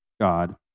God